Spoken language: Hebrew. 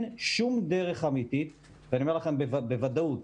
שום דרך אמיתית - ואני אומר לכם בוודאות